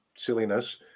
silliness